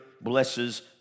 blesses